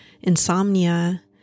insomnia